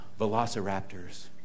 velociraptors